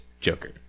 Joker